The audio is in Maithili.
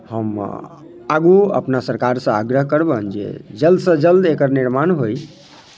हम आगू अपना सरकारसँ आग्रह करबनि जे जल्दसँ जल्द एकर निर्माण होय